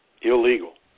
Illegal